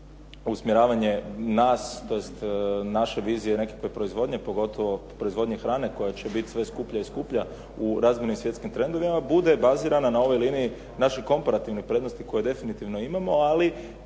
usmjeravanje nas tj. naše vizije neke proizvodnje, pogotovo proizvodnje hrane koja će biti sve skuplja i skuplja, u razmjernim svjetskim trendovima, bude bazirana na ovoj liniji naših komparativnih prednosti koje definitivno imamo, ali